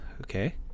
Okay